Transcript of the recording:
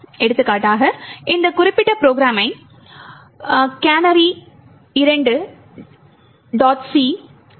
எடுத்துக்காட்டாக இந்த குறிப்பிட்ட ப்ரோகிராம்மை gcc canaries 2